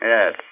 Yes